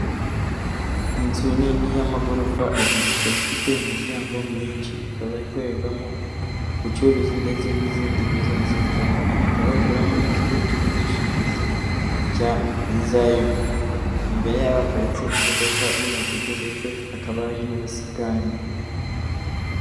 Inzu nini y'amagorofa abiri, ikaba ifite imiryango myinshi ikaba ikorerwamo ubucuruzi ndetse n'izindi bizinesi zitandukanye, hakaba bakoreramo n'ikigo cy'ubwishingizi cya zayoni, imbere yayo habaparitse imodoka y'umutuku ndetse hakaba hari n'ubusitani.